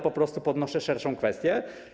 Po prostu podnoszę szerszą kwestię.